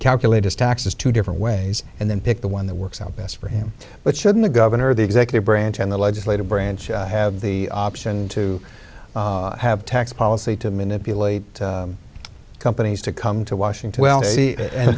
calculate his taxes two different ways and then pick the one that works out best for him but shouldn't the governor of the executive branch and the legislative branch have the option to have tax policy to manipulate companies to come to washington and